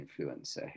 influencer